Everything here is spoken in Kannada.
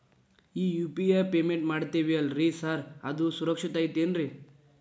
ಈ ಯು.ಪಿ.ಐ ಪೇಮೆಂಟ್ ಮಾಡ್ತೇವಿ ಅಲ್ರಿ ಸಾರ್ ಅದು ಸುರಕ್ಷಿತ್ ಐತ್ ಏನ್ರಿ?